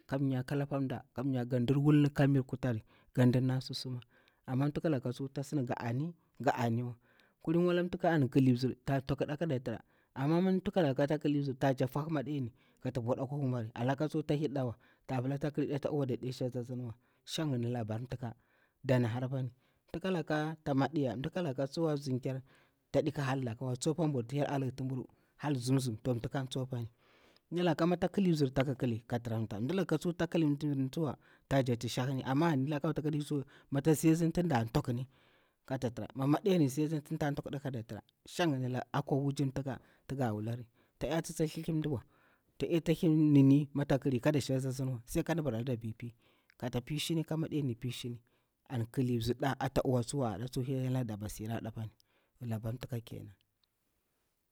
Kamir ngandi wulni ka mi kutari gandi nah susum. Amah ntakalaka tsuw tasin gu ani ga aniwa. kullin walah ntakalaka an kili bzir tah tukɗa kaɗa tirah amah mah htakala ta kili bzirni tajak fahuɗe kata vuɗa kwa humbari. A laka tsu ta hirdawa tapala ta kilida ta uwa daɗi shashi asinwa, shin ngani labar ntakah. ɗana hara apani. Ntaka lakah ta madiya, ntalaalakah ta bzin kyar taɗika hallakawa tsupa mburu ti hyel halikti nburu. Hal zum- zum ntakani tsupani. Nalalah mitik ƙali bzir ta kali ka firamta ndulakah tsuwa ta jakti shahuni mata siasini tu da tukni kata fira mah mayar ni asini tin ta tukuɗa kaɗa tara shan ngani akwa wujir ntakah tuga wulari. tada tsi- tsin thlin aɗuwa tadita hiri nini kaɗa shaksi asiniwa sai kandu baralaɗa vipi ka pi shin ka madayar shiɗa anki bzirda ata uwa tsu na nati hyel nada ɓasira da. ɓla pah ntaka kenan.